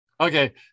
Okay